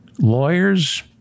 Lawyers